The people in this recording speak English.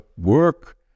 work